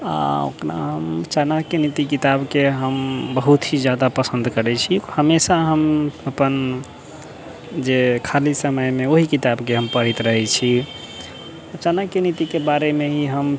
आओर अपना चाणक्य नीति किताबके हम बहुत ही ज्यादा पसन्द करै छी हमेशा हम अपन जे खाली समयमे ओहि किताबके हम पढ़ैत रहै छी चाणक्य नीतिके बारेमे ही हम